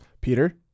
Peter